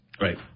Right